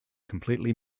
completely